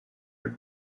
had